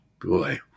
Boy